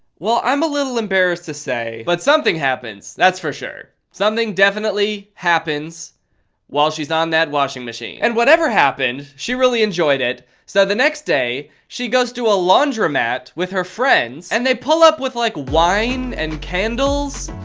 well i'm a little embarrassed to say, but something happens that's for sure. something definitely happens while she's on that washing machine. and whatever happened, she really enjoyed it. so the next day she goes to a laundromat with her friends and they pull up with like wine and candles.